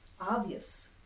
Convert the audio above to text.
obvious